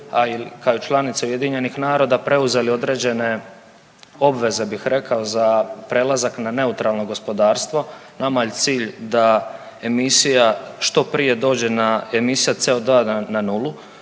a i kao članica UN-a preuzeli određene obveze bih rekao za prelazak na neutralno gospodarstvo. Nama je cilj da emisija što prije dođe na, emisija CO2 na nulu.